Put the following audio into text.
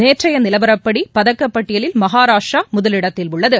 நேற்றைய நிலவரப்படி பதக்கப்பட்டியலில் மஹாராஷ்டிரா முதலிடத்தில் உள்ளது